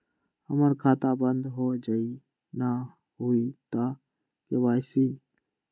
हमर खाता बंद होजाई न हुई त के.वाई.सी?